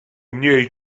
mniej